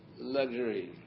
luxury